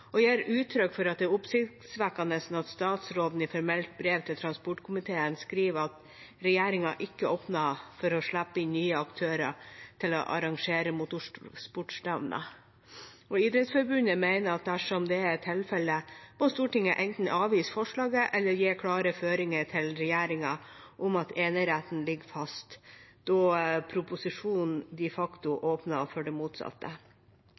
og gir uttrykk for at det er oppsiktsvekkende at statsråden i formelt brev til transport- og kommunikasjonskomiteen skriver at regjeringen ikke åpner for å slippe inn nye aktører til å arrangere motorsportstevner. Idrettsforbundet mener at dersom det er tilfellet, må Stortinget enten avvise forslaget eller gi klare føringer til regjeringen om at eneretten ligger fast, da proposisjonen de facto åpner for det motsatte.